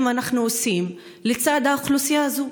אנחנו עושים למען האוכלוסייה הזאת?